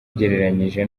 ugereranyije